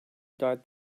died